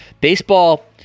baseball